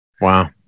Wow